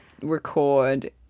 record